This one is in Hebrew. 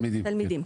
התלמידים.